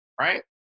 right